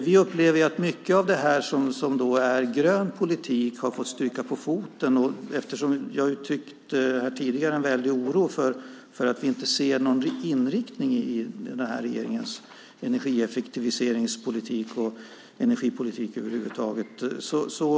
Vi upplever att mycket av det som är grön politik har fått stryka på foten. Och jag uttryckte här tidigare en väldig oro för att vi inte ser någon inriktning i regeringens energieffektiviseringspolitik och energipolitik över huvud taget.